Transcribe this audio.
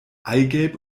eigelb